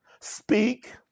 speak